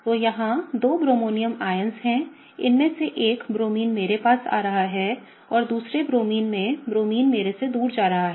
तो यहाँ दो ब्रोमोनियम आयन हैं उनमें से एक ब्रोमीन मेरे पास आ रहा है और दूसरे में ब्रोमीन मेरे से दूर जा रहा है